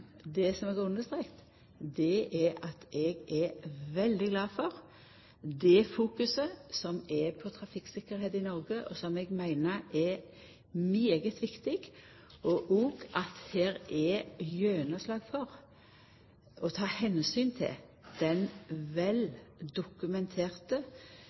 det som eg har understreka, er at eg er veldig glad for det fokuset som er på trafikktryggleik i Noreg, og som eg meiner er svært viktig. Eg er også glad for at vi har fått gjennomslag for å ta omsyn til den